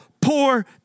poor